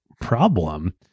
problem